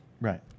Right